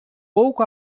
pouco